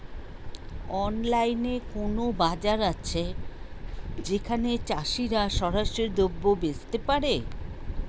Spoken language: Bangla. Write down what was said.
অনলাইনে কোনো বাজার আছে যেখানে চাষিরা সরাসরি দ্রব্য বেচতে পারে?